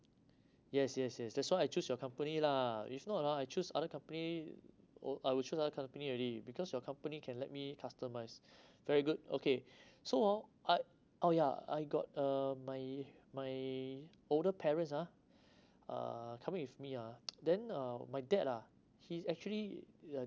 yes yes yes that's why I choose your company lah if not ah I choose other company oh I would choose other company already because your company can let me customise very good okay so all I oh ya I got uh my my older parents ah err coming with me ah then uh my dad lah he's actually uh